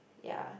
yea